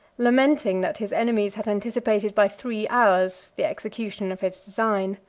lamenting that his enemies had anticipated by three hours the execution of his design.